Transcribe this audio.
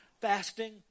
fasting